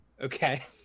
Okay